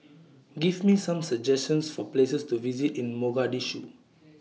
Give Me Some suggestions For Places to visit in Mogadishu